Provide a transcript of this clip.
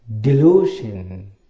delusion